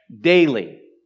daily